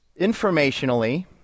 informationally